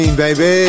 baby